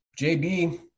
JB